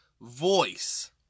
voice